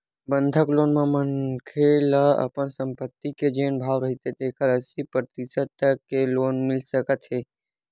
बंधक लोन म मनखे ल अपन संपत्ति के जेन भाव रहिथे तेखर अस्सी परतिसत तक के लोन मिल सकत हे